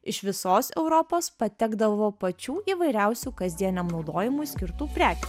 iš visos europos patekdavo pačių įvairiausių kasdieniam naudojimui skirtų prekių